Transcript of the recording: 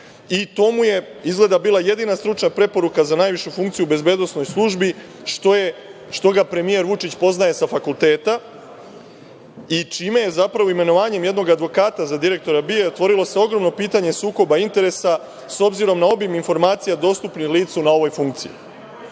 i to mu je izgleda bila jedina stručna preporuka za najvišu funkciju u bezbednosnoj službi, što ga premijer Vučić poznaje sa fakulteta i čime se zapravo imenovanjem jednog advokata za direktora BIA pretvorilo jedno veliko pitanje sukoba interesa, s obzirom na obim informacija dostupnih licu na ovoj funkciji? Ovo